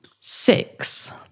six